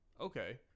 okay